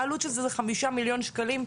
העלות של זה היא חמישה מיליון שקלים.